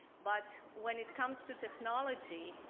but when it comes to technology,